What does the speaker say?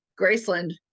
graceland